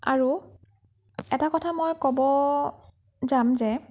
আৰু এটা কথা মই ক'ব যাম যে